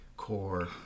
core